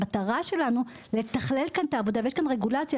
המטרה שלנו לתכלל כאן את העבודה ויש כאן רגולציה